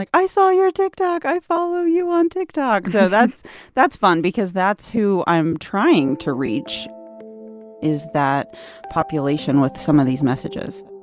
like i saw your tiktok. i follow you on tiktok. so that's that's fun because that's who i'm trying to reach is that population with some of these messages